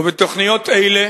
ובתוכניות אלה